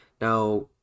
Now